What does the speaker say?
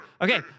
Okay